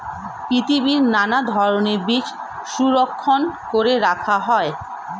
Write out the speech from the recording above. পৃথিবীর নানা ধরণের বীজ সংরক্ষণ করে রাখা হয়